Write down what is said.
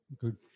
Good